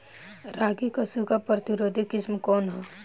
रागी क सूखा प्रतिरोधी किस्म कौन ह?